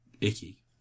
icky